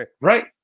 Right